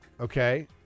Okay